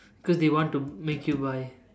cause they want to make you buy